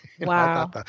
Wow